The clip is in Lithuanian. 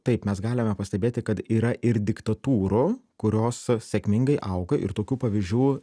taip mes galime pastebėti kad yra ir diktatūrų kurios sėkmingai auga ir tokių pavyzdžių